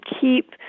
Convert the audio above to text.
keep